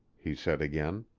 he said again.